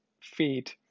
feed